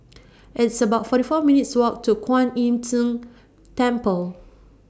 It's about forty four minutes' Walk to Kuan Im Tng Temple